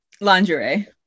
Lingerie